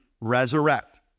resurrect